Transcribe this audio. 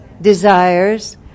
Desires